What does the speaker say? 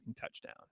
touchdown